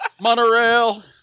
Monorail